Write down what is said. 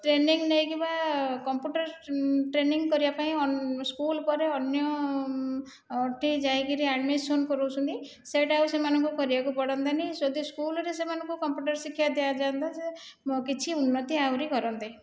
training ନେଇକି ବା computer training କରିବା ପାଇଁ ସ୍କୁଲ ପରେ ଅନ୍ୟଠି ଯାଇକି ଆଡ଼ମିସନ କରାଉଛନ୍ତି ସେଇଟା ଆଉ ସେମାନଙ୍କୁ କରିବାକୁ ପଡ଼ନ୍ତାନି ଯଦି ସ୍କୁଲରେ ସେମାନଙ୍କୁ କମ୍ପୁଟର ଶିକ୍ଷା ଦିଆଯାଆନ୍ତା ଯେ କିଛି ଉନ୍ନତି ଆହୁରି କରନ୍ତେ